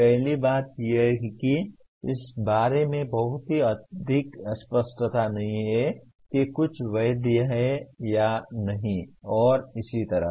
पहली बात यह है कि इस बारे में बहुत अधिक अस्पष्टता नहीं है कि कुछ वैध है या नहीं और इसी तरह